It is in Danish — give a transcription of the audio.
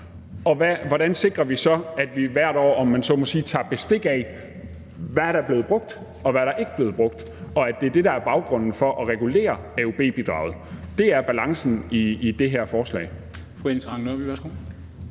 og hvordan sikrer vi så, at vi hvert år, om man så må sige, tager bestik af, hvad der er blevet brugt, og hvad der ikke er blevet brugt? Det er det, der er baggrunden for at regulere AUB-bidraget. Det er balancen i det her forslag. Kl. 14:21 Formanden